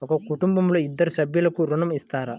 ఒక కుటుంబంలో ఇద్దరు సభ్యులకు ఋణం ఇస్తారా?